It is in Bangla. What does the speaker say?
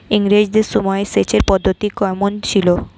ইঙরেজদের সময় সেচের পদ্ধতি কমন ছিল?